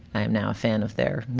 i am now a fan of their,